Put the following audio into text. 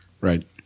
Right